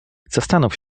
zastanów